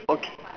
okay